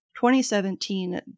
2017